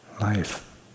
life